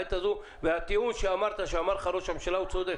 בעת הזו מהטיעון שאמרת שאמר לך ראש הממשלה הוא צודק.